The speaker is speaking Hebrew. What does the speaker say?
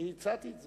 אני הצעתי את זה.